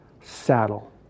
saddle